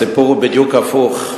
הסיפור הוא בדיוק הפוך,